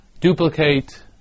duplicate